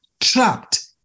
trapped